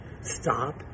stop